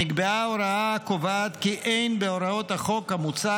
נקבעה הוראה הקובעת כי אין בהוראות החוק המוצע